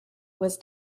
was